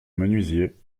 menuisier